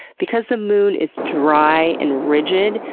because the moon is dry and rigid,